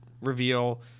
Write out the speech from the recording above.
reveal